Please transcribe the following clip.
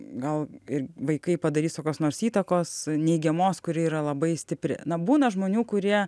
gal ir vaikai padarys kokios nors įtakos neigiamos kuri yra labai stipri na būna žmonių kurie